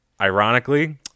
ironically